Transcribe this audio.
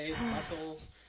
muscles